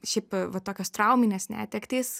šiaip va tokios trauminės netektys